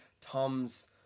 Tom's